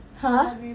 !huh!